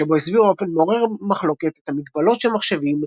שבו הסביר באופן מעורר מחלוקת את המגבלות של מחשבים,